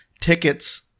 tickets